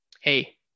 Hey